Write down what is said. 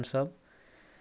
हम ओनाहिते कयलहुॅं